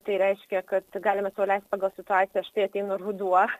tai reiškia kad galima sau leisti pagal situaciją štai ateina ruduo